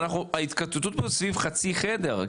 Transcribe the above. ההתקוטטות הזאת סביב חצי חדר,